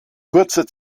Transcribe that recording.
kurze